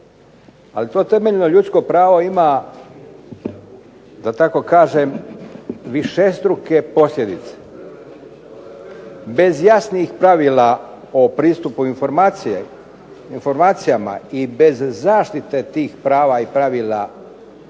Ali to temeljno ljudsko pravo ima da tako kažem višestruke posljedice. Bez jasnih pravila o pristupu informacijama i bez zaštite tih prava i pravila